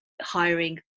hiring